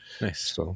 Nice